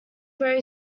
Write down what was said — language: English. very